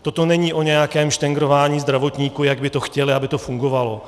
Toto není o nějakém štengrování zdravotníků, jak by to chtěli, aby to fungovalo.